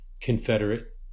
Confederate